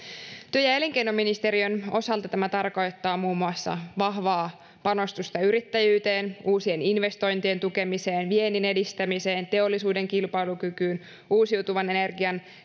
työ ja elinkeinoministeriön osalta tämä tarkoittaa muun muassa vahvaa panostusta yrittäjyyteen uusien investointien tukemiseen viennin edistämiseen teollisuuden kilpailukykyyn uusiutuvan energian